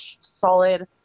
solid